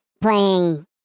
playing